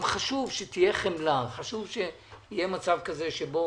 חשוב גם שתהיה חמלה, חשוב שיהיה מצב כזה שבו